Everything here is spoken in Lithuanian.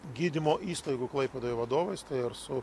gydymo įstaigų klaipėdoj vadovais tai ir su